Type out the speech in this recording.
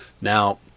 Now